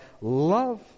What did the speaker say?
love